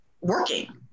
working